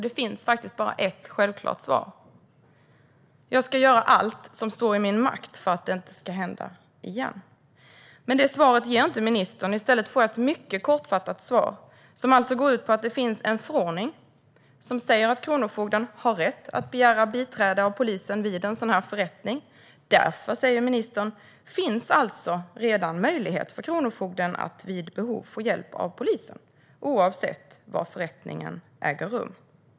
Det finns bara ett självklart svar: Jag ska göra allt som står i min makt för att det inte ska hända igen. Men det svaret ger inte ministern. I stället får jag ett mycket kortfattat svar som går ut på att det finns en förordning som säger att kronofogden har rätt att begära biträde av polisen vid en förrättning. Därför, säger ministern, finns det alltså redan möjlighet för kronofogden att vid behov få hjälp av polisen, oavsett var förrättningen äger rum.